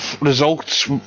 results